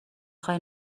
خوای